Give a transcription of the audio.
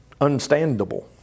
unstandable